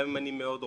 גם אם אני מאוד רוצה.